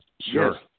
Sure